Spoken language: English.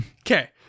Okay